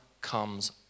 comes